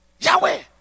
Yahweh